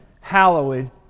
hallowed